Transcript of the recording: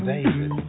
David